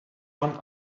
one